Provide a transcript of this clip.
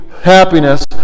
happiness